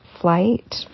flight